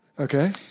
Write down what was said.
Okay